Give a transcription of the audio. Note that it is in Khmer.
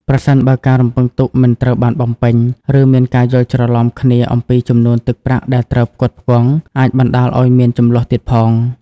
ប្រសិនបើ ការរំពឹងទុកមិនត្រូវបានបំពេញ ឬមានការយល់ច្រឡំគ្នាអំពីចំនួនទឹកប្រាក់ដែលត្រូវផ្គត់ផ្គង់ អាចបណ្ដាលឱ្យមានជម្លោះទៀតផង។